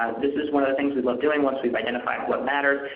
this is one of the things we love doing once we've identified what matters.